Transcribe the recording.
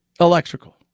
electrical